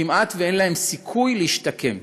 כמעט אין להם סיכוי להשתקם.